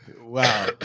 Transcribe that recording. wow